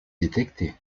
détecter